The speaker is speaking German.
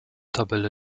tabelle